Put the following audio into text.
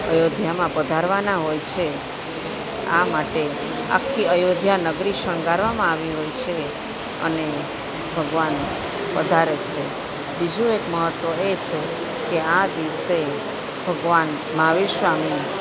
અયોધ્યામાં પધારવાના હોય છે આ માટે આખી અયોધ્યા નગરી શણગારવામાં આવી હોય છે અને ભગવાન પધારે છે બીજું એક મહત્ત્વ એ છે કે આ દિવસે ભગવાન મહાવીર સ્વામીની